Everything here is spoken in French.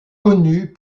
connu